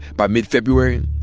by mid-february,